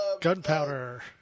Gunpowder